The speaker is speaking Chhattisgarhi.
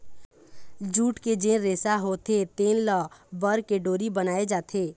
जूट के जेन रेसा होथे तेन ल बर के डोरी बनाए जाथे